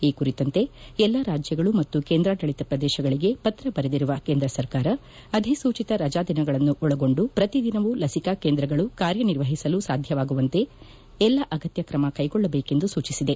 ಈ ಕುರಿತಂತೆ ಎಲ್ಲಾ ರಾಜ್ಯಗಳು ಮತ್ತು ಕೇಂದ್ರಾಡಳಿತ ಪ್ರದೇಶಗಳಿಗೆ ಪತ್ರ ಬರೆದಿರುವ ಕೇಂದ್ರ ಸರ್ಕಾರ ಅಧಿಸೂಚಿತ ರಜಾ ದಿನಗಳನ್ನು ಒಳಗೊಂಡು ಪ್ರತಿ ದಿನವೂ ಲಸಿಕಾ ಕೇಂದ್ರಗಳು ಕಾರ್ಯನಿರ್ವಓಸಲು ಸಾಧ್ಯವಾಗುವಂತೆ ಎಲ್ಲಾ ಅಗತ್ಯ ತ್ರಮ ಕೈಗೊಳ್ಳಬೇಕೆಂದು ಸೂಚಿಸಿದೆ